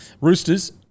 Roosters